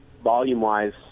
Volume-wise